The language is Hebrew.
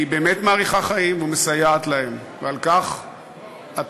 היא באמת מאריכה חיים ומסייעת להם, ועל כך התודה.